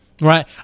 Right